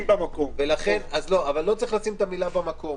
במקום." לא צריך לשים את המילה "במקום",